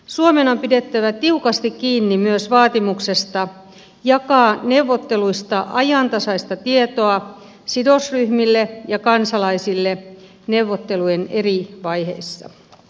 suomen on pidettävä tiukasti kiinni myös vaatimuksesta jakaa neuvotteluista ajantasaista tietoa sidosryhmille ja kansalaisille neuvottelujen eri vaiheissa